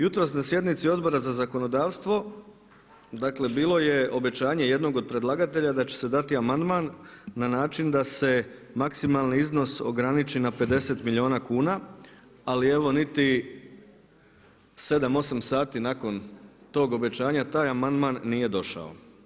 Jutros na sjednici Odbora za zakonodavstvo dakle bilo je obećanje jednog od predlagatelja da će se dati amandman na način da se maksimalni iznos ograniči na 50 milijuna kuna ali evo niti 7, 8 sati nakon tog obećanja taj amandman nije došao.